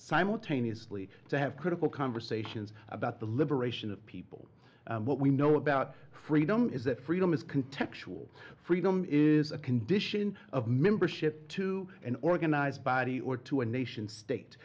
simultaneously to have critical conversations about the liberation of people what we know about freedom is that freedom is contemptuous freedom is a condition of membership to an organized body or to a nation state